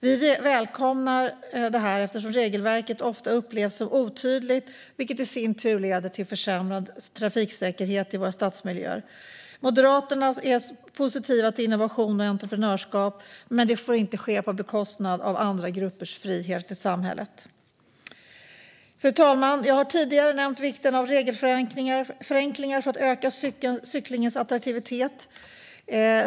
Vi välkomnar detta eftersom regelverket ofta upplevs som otydligt, vilket i sin tur leder till försämrad trafiksäkerhet i våra stadsmiljöer. Moderaterna är positiva till innovation och entreprenörskap, men det får inte ske på bekostnad av andra gruppers frihet i samhället. Fru talman! Jag har tidigare nämnt vikten av regelförenklingar för att öka cyklingens attraktivitet.